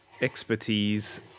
expertise